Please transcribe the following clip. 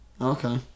Okay